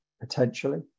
potentially